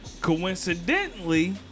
Coincidentally